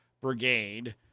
brigade